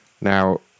now